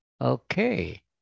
Okay